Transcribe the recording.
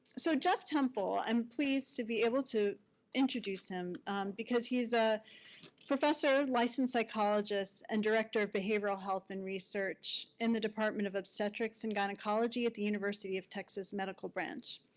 so jeff temple, i'm pleased to be able to introduce him because he's a professor, licensed psychologist, and director of behavioral health and research in the department of obstetrics and gynecology at the university of texas medical branch.